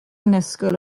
annisgwyl